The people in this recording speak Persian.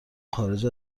خارج